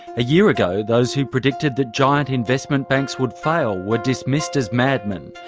a year ago, those who predicted that giant investment banks would fail were dismissed as madmen.